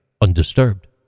Undisturbed